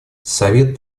совет